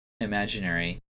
imaginary